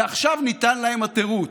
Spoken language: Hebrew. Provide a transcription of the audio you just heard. ועכשיו ניתן להם התירוץ.